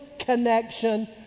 connection